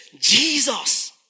Jesus